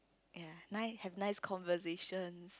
ya nice have nice conversations